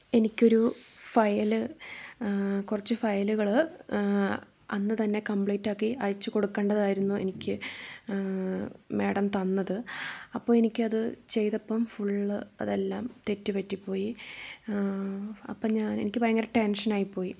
എനിക്കൊരു ഫയല് കുറച്ച് ഫയലുകള് അന്ന് തന്നെ കംപ്ലീറ്റ് ആക്കി അയച്ചുകൊടുക്കേണ്ടതായിരുന്നു എനിക്ക് മേഡം തന്നത് അപ്പോൾ എനിക്ക് അത് ചെയ്തപ്പോൾ ഫുള്ള് അതെല്ലാം തെറ്റുപറ്റിപോയി അപ്പൊൾ ഞാൻ എനിക്ക് ഭയങ്കര ടെൻഷനായിപ്പോയി